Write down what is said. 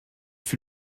fut